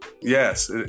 yes